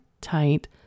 tight